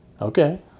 Okay